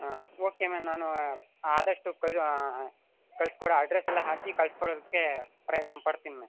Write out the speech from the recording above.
ಆಂ okay ma'am ನಾನು ಆದಷ್ಟು ಕಳ್ ಕಳ್ಸ್ಕೊಡೋ ಅಡ್ರೆಸ್ಸೆಲ್ಲ ಹಾಕಿ ಕಳ್ಸಿಕೊಡೋದಕ್ಕೆ ಪ್ರಯತ್ನಪಡ್ತೀನಿ ಮ್ಯಾಮ್